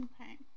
Okay